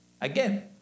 Again